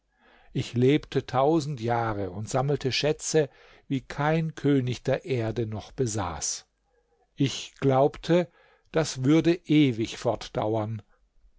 ich lebte tausend jahre und sammelte schätze wie kein könig der erde noch besaß ich glaubte das würde ewig fortdauern